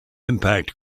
impact